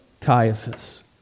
Caiaphas